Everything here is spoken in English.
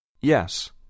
Yes